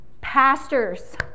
pastors